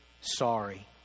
sorry